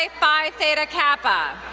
ah phi theta kappa.